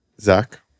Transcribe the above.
Zach